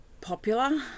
popular